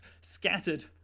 scattered